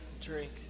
drink